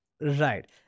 Right